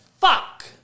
Fuck